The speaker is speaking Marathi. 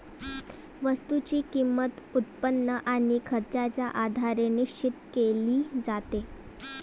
वस्तूची किंमत, उत्पन्न आणि खर्चाच्या आधारे निश्चित केली जाते